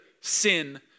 sin